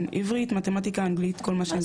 כן, עברית, מתמטיקה, אנגלית, כל מה שצריך.